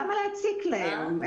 למה להציק להם?